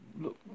look